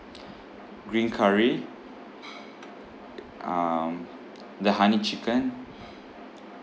green curry um the honey chicken